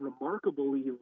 remarkably